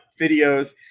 videos